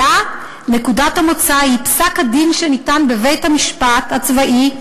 אלא נקודת המוצא היא פסק-הדין שניתן בבית-המשפט הצבאי,